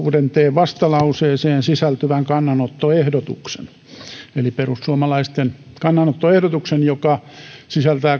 vastalauseeseen kuuden sisältyvän kannanottoehdotuksen eli perussuomalaisten kannanottoehdotuksen joka sisältää